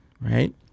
right